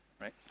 right